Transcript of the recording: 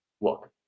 look